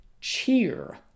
cheer